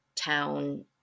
town